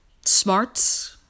smarts